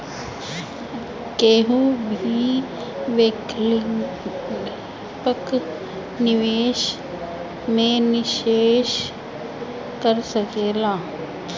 केहू भी वैकल्पिक निवेश में निवेश कर सकेला